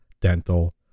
dental